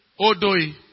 Odoi